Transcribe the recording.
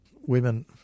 women